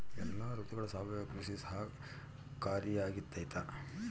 ಎಲ್ಲ ಋತುಗಳಗ ಸಾವಯವ ಕೃಷಿ ಸಹಕಾರಿಯಾಗಿರ್ತೈತಾ?